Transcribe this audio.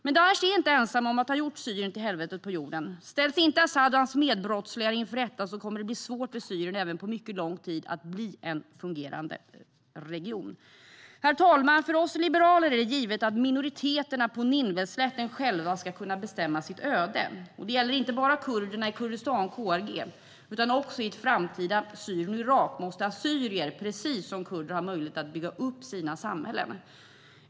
Men Daish är inte ensamt om att ha gjort Syrien till helvetet på jorden. Om inte Asad och hans medbrottslingar ställs inför rätta kommer det att bli svårt för Syrien, även med mycket lång tid, att bli en fungerande region. Herr talman! För oss liberaler är det givet att minoriteterna på Nineveslätten själva ska kunna bestämma sitt öde. Det gäller inte bara kurderna i Kurdistan, KRG, utan också i ett framtida Syrien och Irak måste assyrier, precis som kurderna, ha möjlighet att bygga upp sina samhällen.